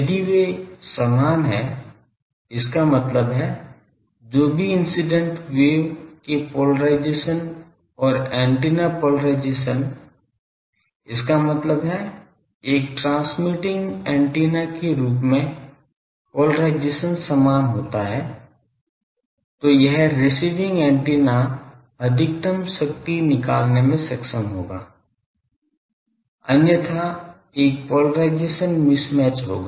यदि वे समान हैं इसका मतलब है जो भी इंसिडेंट वेव के पोलराइजेशन और एंटेना पोलराइजेशन इसका मतलब है एक ट्रांसमिटिंग एंटीना के रूप में पोलराइजेशन समान होता है तो यह रिसीविंग एंटीना अधिकतम शक्ति निकालने में सक्षम होगा अन्यथा एक पोलराइजेशन मिसमैच होगा